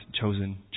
chosen